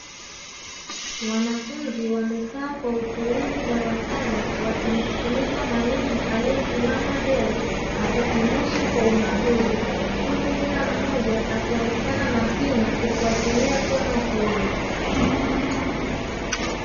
Wanafunzi wamekaa kwa utulivu darasani waakimsikiliza mwalimu aliywesimama mbele akifundisha kwa umahiri, huku kila mmoja akionekana makini kufuatilia somo hilo.